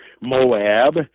Moab